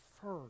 first